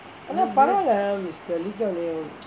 ஆனா பரவாலே:aana paravaalae mister lee kuan yew